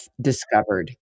discovered